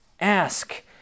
ask